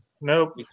Nope